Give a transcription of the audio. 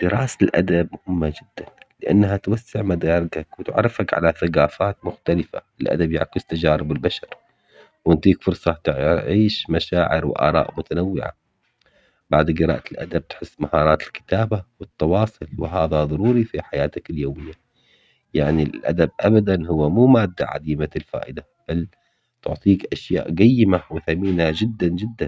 دراسة الادب مهمة جداً لأنها توسع مداركك وتعرف على ثقافات مختلفة، الأدب يعكس تجارب البشر وينطيك فرصة تعيش مشاعر وآراء متنوعة، بعد قراءة الأدب تحس مهارات الكتابة والتواصل وهذا ضروري في حياتك اليومية، يعني الأدب أبداً هو مو مادة عديمة الفائدة ال- تعطيك أشياء قيمة وثمينة جداً جداً.